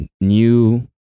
new